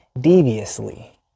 deviously